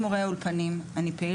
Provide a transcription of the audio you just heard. באולפן.